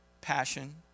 passion